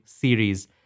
series